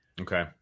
okay